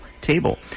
table